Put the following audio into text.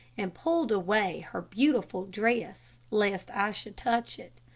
and pulled away her beautiful dress lest i should touch it.